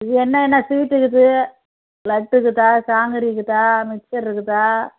என்னென்ன ஸ்வீட்டு இருக்குது லட்டு இருக்குதா ஜாங்கிரி இருக்குதா மிச்சர் இருக்குதா